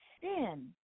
sin